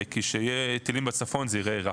כי כשיהיו טילים בצפון זה ייראה רע.